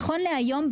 נכון להיום,